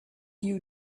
you